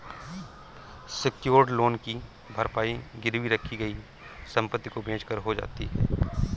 secured loan की भरपाई गिरवी रखी गई संपत्ति को बेचकर हो जाती है